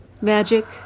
magic